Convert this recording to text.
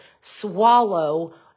swallow